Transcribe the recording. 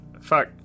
Fuck